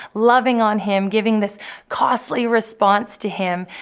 loving on him, giving this costly response to him.